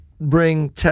bring